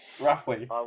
roughly